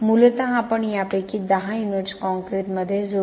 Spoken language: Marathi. मूलतः आपण यापैकी 10 युनिट्स कॉंक्रिटमध्ये जोडल्या